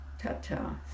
ta-ta